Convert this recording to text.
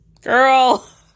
Girl